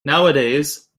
nowadays